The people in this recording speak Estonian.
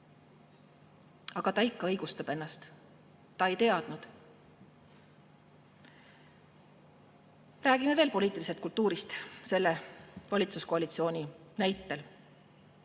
Aga ta ikka õigustab ennast: ta ei teadnud. Räägime veel poliitilisest kultuurist selle valitsuskoalitsiooni näitel.